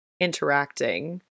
interacting